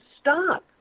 stop